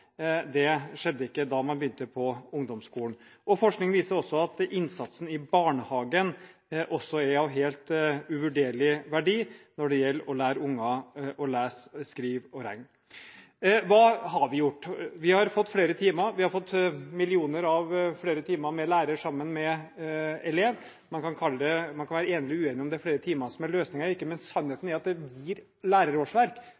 det skjedde ikke da man begynte på ungdomsskolen. Forskningen viser også at innsatsen i barnehagen er av helt uvurderlig verdi når det gjelder å lære barna å lese, skrive og regne. Hva har vi gjort? Vi har fått flere timer – vi har fått millioner av flere timer med lærer sammen med elev. Man kan være enig eller uenig i om det er flere timer som er løsningen her, men sannheten er at det